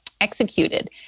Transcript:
executed